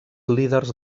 líders